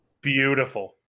Beautiful